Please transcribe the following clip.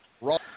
Raw